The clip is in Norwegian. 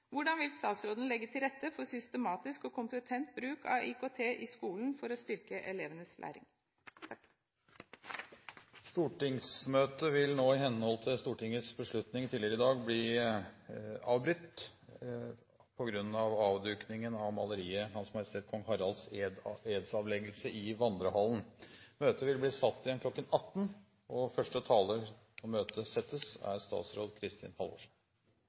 Hvordan vil statsråden legge til rette for systematisk og kompetent bruk av IKT i skolen for å styrke elevenes læring? Stortingsmøtet vil nå i henhold til Stortingets beslutning tidligere i dag bli avbrutt på grunn av avdukningen av maleriet «H. M. Kong Haralds edsavleggelse» i vandrehallen. Møtet vil bli satt igjen kl. 18.